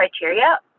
criteria